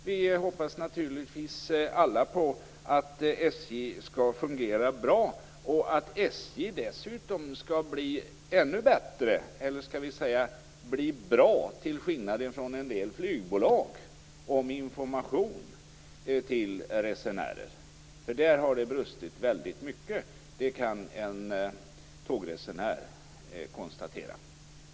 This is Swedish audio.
Vi hoppas naturligtvis alla att SJ skall fungera bra och att SJ dessutom skall bli ännu bättre - eller skall vi säga bli bra, till skillnad från en del flygbolag - på att ge information till resenärer. Där har det nämligen brustit väldigt mycket, det kan en tågresenär konstatera.